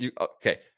okay